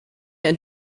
and